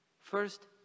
first